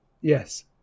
Yes